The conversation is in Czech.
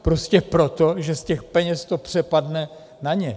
Prostě proto, že z těch peněz to přepadne na ně.